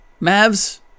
Mavs